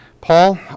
Paul